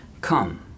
come